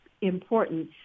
important